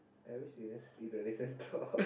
I wish we can just sleep and